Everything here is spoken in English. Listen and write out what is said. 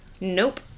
Nope